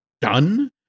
done